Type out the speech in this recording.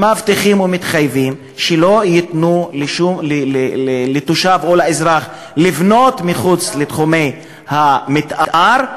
מבטיחים ומתחייבים שלא ייתנו לתושב או לאזרח לבנות מחוץ לתחומי המתאר,